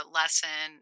lesson